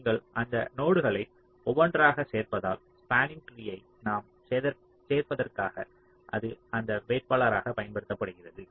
நீங்கள் அந்த நோடுகளை ஒவ்வொன்றாக சேர்ப்பதால் ஸ்பாண்ணிங் ட்ரீயை நாம் சேர்ப்பதற்காக அது அந்த வேட்பாளராக பயன்படுகிறது